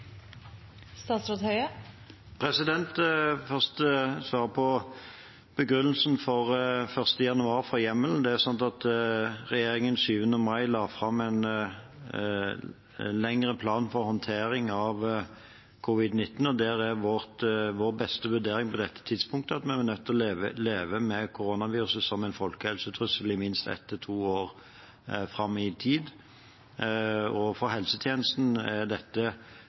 først svare på begrunnelsen for 1. januar for hjemmelen. Det er sånn at regjeringen 7. mai la fram en lengre plan for håndtering av covid-19, og der er vår beste vurdering på dette tidspunktet at vi er nødt til å leve med koronaviruset som en folkehelsetrussel i minst ett til to år fram i tid. For helsetjenesten